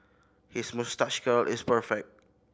his moustache curl is perfect